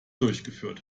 durchgeführt